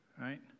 right